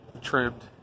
trimmed